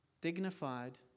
dignified